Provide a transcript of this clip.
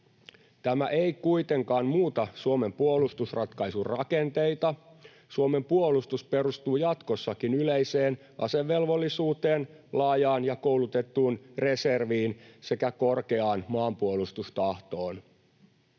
Tämä ei kuitenkaan muuta Suomen puolustusratkaisun rakenteita. Suomen puolustus perustuu jatkossakin yleiseen asevelvollisuuteen, laajaan ja koulutettuun reserviin sekä korkeaan maanpuolustustahtoon.